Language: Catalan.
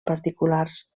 particulars